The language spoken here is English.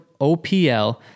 OPL